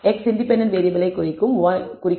x independent variable குறிக்கும்